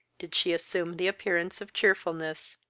did she assume the appearance of cheerfulness